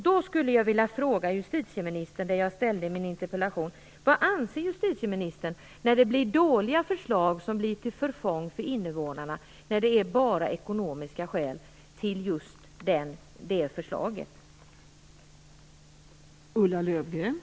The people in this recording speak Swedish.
Då vill jag fråga justitieministern: Vad anser justitieministern när det läggs fram dåliga förslag som blir till förfång för invånarna och när det är bara ekonomiska skäl som ligger till grund för dessa förslag?